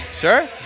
Sure